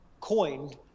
coined